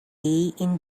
into